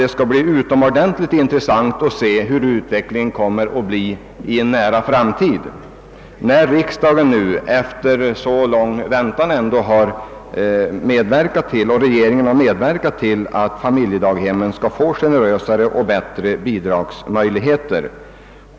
Det skall bli mycket intressant att se hurudan utvecklingen blir i en nära framtid, när nu regeringen och riksdagen efter lång väntan har medverkat till att ge familjedaghemmen generösare och bättre bidragsmöjligheter.